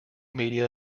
media